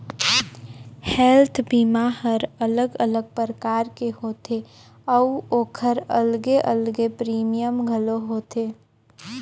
health बीमा हर अलग अलग परकार के होथे अउ ओखर अलगे अलगे प्रीमियम घलो होथे